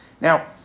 Now